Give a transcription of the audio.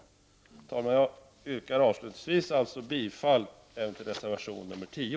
Herr talman! Jag yrkar avslutningsvis bifall även till reservation nr 10.